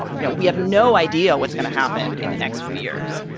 you know, we have no idea what's going to happen in the next few years.